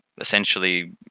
Essentially